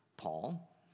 paul